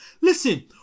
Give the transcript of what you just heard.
Listen